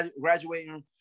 graduating